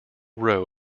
row